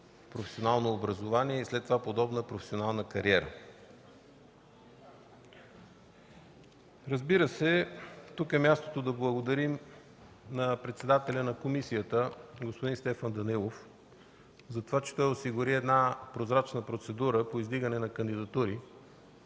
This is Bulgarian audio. професионално образование и след това подобна професионална кариера. Разбира се, тук е мястото да благодарим на председателя на комисията – господин Стефан Данаилов, за това, че осигури прозрачна процедура по издигане на кандидатури.